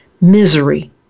misery